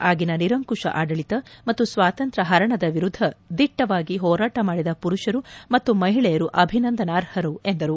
ಆಗಿನ ನಿರಂಕುಶ ಆಡಳಿತ ಮತ್ತು ಸ್ವಾತಂತ್ರ್ ಹರಣದ ವಿರುದ್ದ ದಿಟ್ಟವಾಗಿ ಹೋರಾಟ ಮಾಡಿದ ಪುರುಷರು ಮತ್ತು ಮಹಿಳೆಯರು ಅಭಿನಂದನಾರ್ಹರು ಎಂದರು